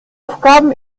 aufgaben